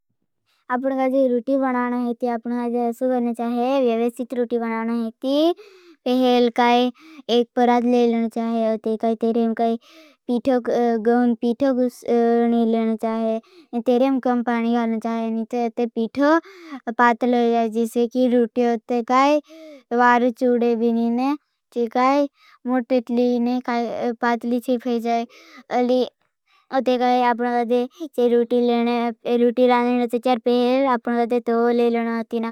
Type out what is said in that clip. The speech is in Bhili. आपण काजे रोटी बनाना होती। आपण काजे असु करना चाहे। व्यवस्थित रोटी बनाना होती। पहेल काय एक परात ले लेना चाह। और तेकाय तेरेम काय पीठो गह पीठो कुस- न्ही लेना चाहे। तेरेम कम पानी डालना चाहे, निते ते पीठो पतलो हो जाय। जिसे की रोटियों ते काय वारी चूड़ी बिनी ने। जो काई मोटर इटली ने काई पतली थी फैजाय अल्ली। ओते काय आपण काजे से रोटी लेने ए-रोटी करने के चार पहेल। आपण काजे तवा ले लेना होतीना।